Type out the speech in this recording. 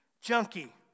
junkie